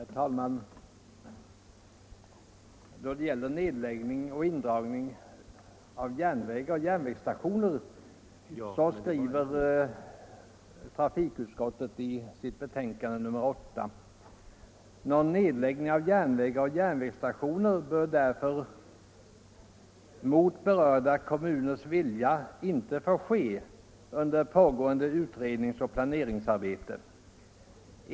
Herr talman! Då det gäller nedläggning och indragning av järnvägar och järnvägsstationer skriver trafikutskottet i sitt betänkande nr 8 följande: ”Någon nedläggning av järnvägar och järnvägsstationer bör därför --- som anförts i motionen 569 — mot berörda kommuners vilja — inte få ske under pågående utredningsoch planeringsarbete.